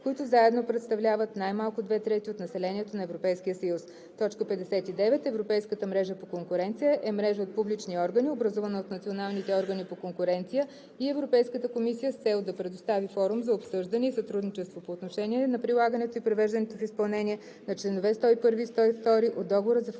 които заедно представляват най-малко две трети от населението на Европейския съюз. 59. „Европейската мрежа по конкуренция“ е мрежа от публични органи, образувана от националните органи по конкуренция и Европейската комисия с цел да предостави форум за обсъждане и сътрудничество по отношение на прилагането и привеждането в изпълнение на членове 101 и 102 от Договора за